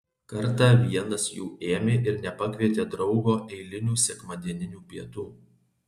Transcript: kartą vienas jų ėmė ir nepakvietė draugo eilinių sekmadieninių pietų